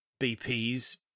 BP's